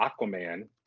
aquaman